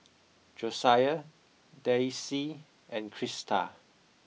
Josiah Daisye and Crista